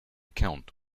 account